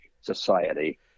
society